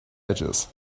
edges